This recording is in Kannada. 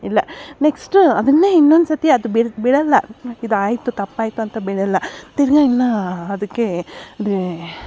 ಇಲ್ಲ ನೆಕ್ಸ್ಟು ಅದನ್ನೇ ಇನ್ನೊಂದ್ಸತಿ ಅದು ಬಿ ಬಿಡಲ್ಲ ಇದಾಯಿತು ತಪ್ಪಾಯಿತು ಅಂತ ಬಿಡಲ್ಲ ತಿರ್ಗಾ ಇನ್ನೂ ಅದಕ್ಕೆ